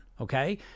okay